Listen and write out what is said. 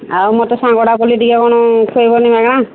ଆଉ ମୋତେ ସାଙ୍ଗଟା ବୋଲି ଟିକେ କ'ଣ ଖୋଇବନି ମାଗଣା